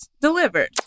Delivered